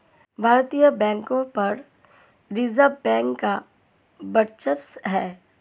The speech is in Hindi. भारतीय बैंकों पर रिजर्व बैंक का वर्चस्व है